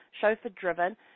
chauffeur-driven